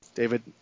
David